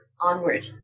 onward